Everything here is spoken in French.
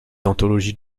anthologies